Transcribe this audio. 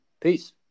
Peace